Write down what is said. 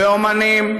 באמנים,